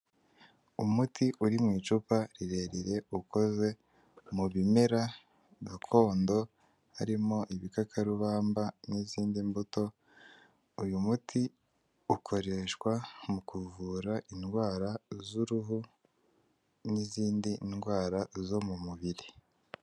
Umuti uri mu icupa rirerire ukoze mu bimera gakondo, harimo ibikakarubamba n'izindi mbuto, uyu muti ukoreshwa mu kuvura indwara z'uruhu n'izindi ndwara zo mu mubiri.